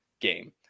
game